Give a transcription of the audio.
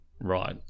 right